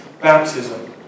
baptism